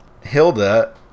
hilda